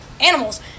animals